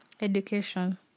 education